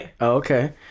okay